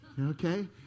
Okay